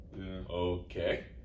okay